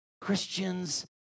Christians